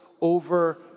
over